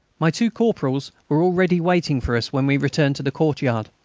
my two corporals were already waiting for us when we returned to the courtyard.